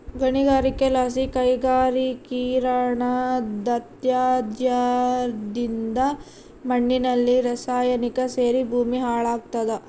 ಗಣಿಗಾರಿಕೆಲಾಸಿ ಕೈಗಾರಿಕೀಕರಣದತ್ಯಾಜ್ಯದಿಂದ ಮಣ್ಣಿನಲ್ಲಿ ರಾಸಾಯನಿಕ ಸೇರಿ ಭೂಮಿ ಹಾಳಾಗ್ತಾದ